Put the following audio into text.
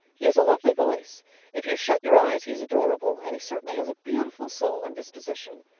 he has a lovely voice if you shut your eyes he is adorable and he certainly has a beautiful soul and disposition.